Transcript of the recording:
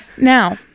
now